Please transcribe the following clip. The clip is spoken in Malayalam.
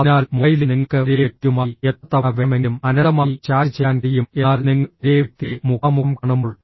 അതിനാൽ മൊബൈലിൽ നിങ്ങൾക്ക് ഒരേ വ്യക്തിയുമായി എത്ര തവണ വേണമെങ്കിലും അനന്തമായി ചാറ്റ് ചെയ്യാൻ കഴിയും എന്നാൽ നിങ്ങൾ ഒരേ വ്യക്തിയെ മുഖാമുഖം കാണുമ്പോൾ